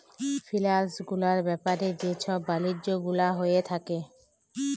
ফিলালস গুলার ব্যাপারে যে ছব বালিজ্য গুলা হঁয়ে থ্যাকে